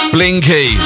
Blinky